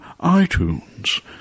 iTunes